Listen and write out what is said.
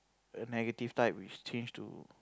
negative type which change to